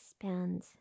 expand